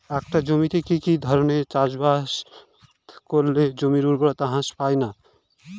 একটা জমিতে কি কি ধরনের চাষাবাদ করলে জমির উর্বরতা হ্রাস পায়না?